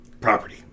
property